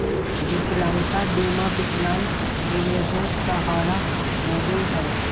विकलांगता बीमा विकलांग के एगो सहारा होबो हइ